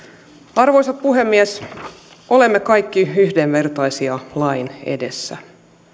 arvoisa puhemies olemme kaikki yhdenvertaisia lain edessä